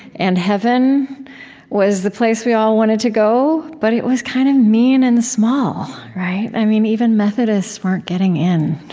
and heaven was the place we all wanted to go, but it was kind of mean and small, right? i mean, even methodists weren't getting in.